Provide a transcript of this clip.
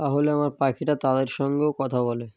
তাহলে আমার পাখিটা তাদের সঙ্গেও কথা বলে